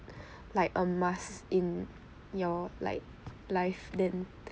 like a must in your like life then